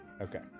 Okay